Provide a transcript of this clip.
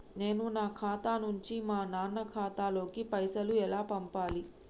నేను నా ఖాతా నుంచి మా నాన్న ఖాతా లోకి పైసలు ఎలా పంపాలి?